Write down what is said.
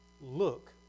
look